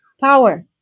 power